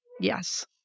Yes